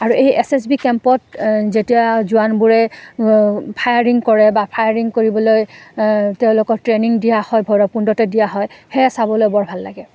আৰু এই S S B কেম্পত যেতিয়া জোৱানবোৰে ফায়াৰিং কৰে বা ফায়াৰিং কৰিবলৈ তেওঁলোকক ট্ৰেইনিং দিয়া হয় ভৈৰৱকুণ্ডতে দিয়া হয় সেয়া চাবলৈ বৰ ভাল লাগে